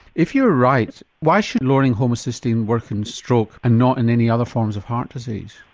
if you are right, why should lowering homocysteine work in stroke and not in any other forms of heart disease?